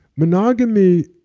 monogamy,